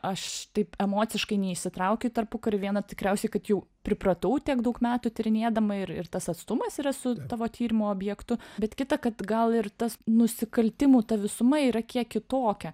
aš taip emociškai neįsitraukiu į tarpukarį viena tikriausiai kad jau pripratau tiek daug metų tyrinėdama ir ir tas atstumas yra su tavo tyrimų objektu bet kita kad gal ir tas nusikaltimų ta visuma yra kiek kitokia